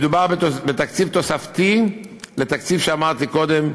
מדובר בתקציב תוספתי לתקציב שאמרתי קודם,